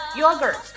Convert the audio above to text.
Yogurt